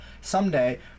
Someday